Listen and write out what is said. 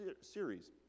series